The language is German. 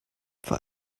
vor